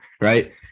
right